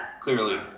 clearly